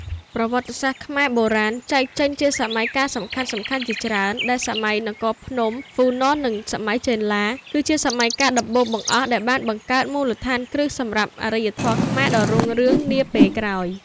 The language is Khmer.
ប្រវត្តិសាស្ត្រខ្មែរបុរាណ ចែកចេញជាសម័យកាលសំខាន់ៗជាច្រើន ដែលសម័យនគរភ្នំ ហ្វូណន និងសម័យចេនឡា គឺជាសម័យកាលដំបូងបង្អស់ដែលបានបង្កើតមូលដ្ឋានគ្រឹះសម្រាប់អរិយធម៌ខ្មែរដ៏រុងរឿងនាពេលក្រោយ។